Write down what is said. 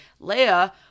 Leia